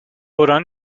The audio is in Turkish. oran